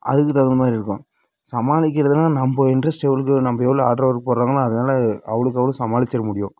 அதுக்குத் தகுந்த மாதிரி இருக்கும் சமாளிக்கிறதுன்னா நம்ப இன்ட்ரெஸ்ட் எவ்வளக்கு நம்ப எவ்வளோ ஹார்டு ஒர்க் போடுறமோ அதனால அவ்வளோக்கு அவ்வளோ சமாளிச்சிற முடியும்